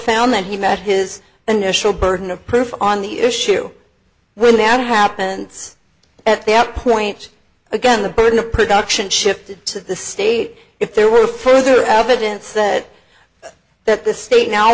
found that he met his initial burden of proof on the issue when that happens at that point again the burden of production shifted to the state if there were further evidence said that the state now